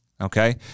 okay